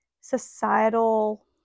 societal